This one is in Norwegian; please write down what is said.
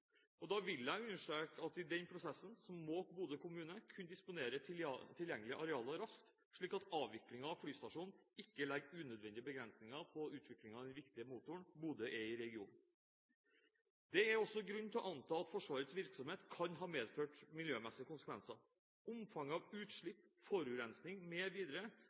Da vil jeg understreke at i den prosessen må Bodø kommune kunne disponere tilgjengelig areal raskt, slik at avviklingen av flystasjonen ikke legger unødvendige begrensninger på utviklingen av den viktige motoren Bodø er i regionen. Det er grunn til å anta at Forsvarets virksomhet kan ha medført miljømessige konsekvenser. Omfanget av utslipp, forurensning